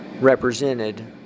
represented